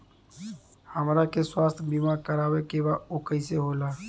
हमरा के स्वास्थ्य बीमा कराए के बा उ कईसे होला?